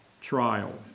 trial